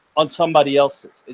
on somebody else's,